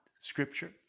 scripture